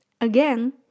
Again